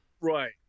Right